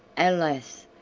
alas!